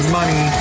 money